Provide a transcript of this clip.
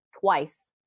twice